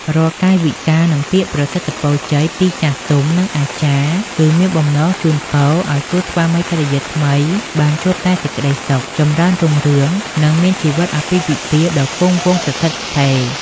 រាល់កាយវិការ និងពាក្យប្រសិទ្ធិពរជ័យពីចាស់ទុំ និងអាចារ្យ គឺមានបំណងជូនពរឱ្យគូស្វាមីភរិយាថ្មីបានជួបតែសេចក្តីសុខ ចម្រើនរុងរឿង និងមានជីវិតអាពាហ៍ពិពាហ៍ដ៏គង់វង្សស្ថិតស្ថេរ ។